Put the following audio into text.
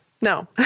No